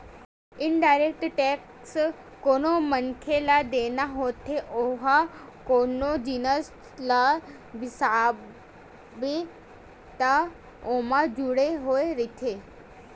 indirect tax कोनो मनखे ल देना होथे ओहा कोनो जिनिस ल बिसाबे त ओमा जुड़े होय रहिथे